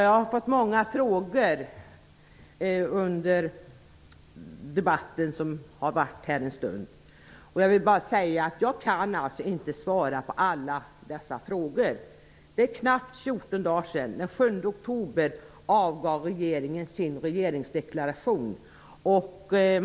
Jag har fått många frågor under den debatt som har varit. Jag kan alltså inte svara på alla dessa frågor. För knappt 14 dagar sedan, den 7 oktober, avgav regeringen sin regeringsdeklaration.